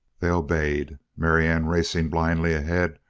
they obeyed marianne, racing blindly ahead,